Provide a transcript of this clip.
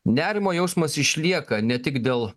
nerimo jausmas išlieka ne tik dėl